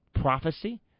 prophecy